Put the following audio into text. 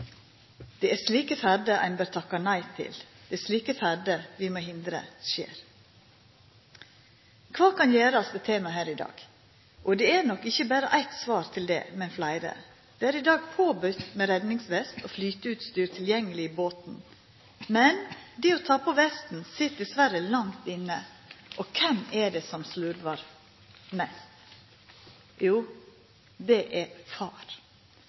Det er slike ferder ein bør takka nei til. Det er slike ferder vi må hindra at skjer. Kva som kan gjerast, er tema her i dag. Det er nok ikkje berre eitt svar på det, men fleire. Det er i dag påbode med redningsvest og flyteutstyr tilgjengeleg i båten, men det å ta på seg vesten sit dessverre langt inne. Og kven er det som slurvar mest? Jo, det er far,